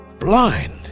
Blind